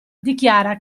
dichiara